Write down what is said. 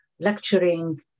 Lecturing